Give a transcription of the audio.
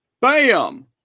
Bam